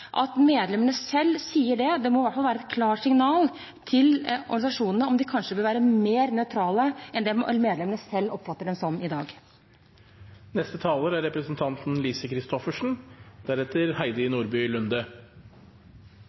at medlemmene selv sier det – det må i hvert fall være et klart signal til organisasjonene, om de kanskje bør være mer nøytrale enn det medlemmene selv oppfatter dem som i dag.